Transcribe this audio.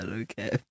okay